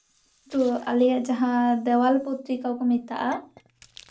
ᱟᱫᱚ ᱟᱞᱮᱭᱟᱜ ᱡᱟᱦᱟᱸ ᱫᱮᱣᱟᱞ ᱯᱚᱛᱨᱤᱠᱟ ᱠᱚ ᱢᱮᱛᱟᱜᱼᱟ